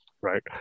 right